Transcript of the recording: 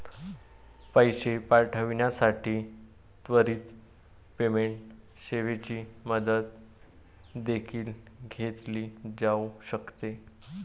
पैसे पाठविण्यासाठी त्वरित पेमेंट सेवेची मदत देखील घेतली जाऊ शकते